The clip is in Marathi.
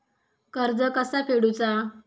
कर्ज कसा फेडुचा?